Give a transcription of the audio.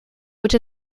which